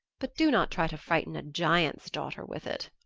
but do not try to frighten a giant's daughter with it.